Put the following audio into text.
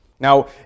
Now